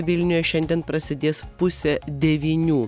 vilniuje šiandien prasidės pusę devynių